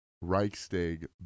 Reichstag